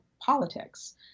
politics